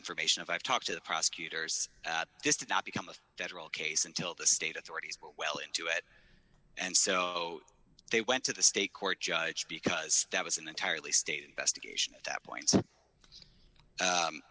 information of i've talked to the prosecutors this did not become a federal case until the state authorities well into it and so they went to the state court judge because that was an entirely stated best occasion at that point